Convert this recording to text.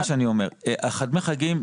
דמי חגים,